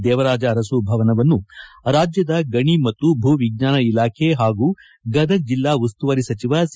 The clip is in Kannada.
ದೇವರಾಜ ಅರಸು ಭವನವನ್ನು ರಾಜ್ಯದ ಗಣಿ ಮತ್ತು ಭೂ ವಿಜ್ಞಾನ ಇಲಾಖೆ ಹಾಗೂ ಗದಗ ಜಿಲ್ಲಾ ಉಸ್ತುವಾರಿ ಸಚಿವ ಸಿ